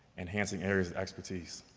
enhancing areas of expertise.